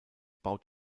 baut